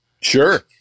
Sure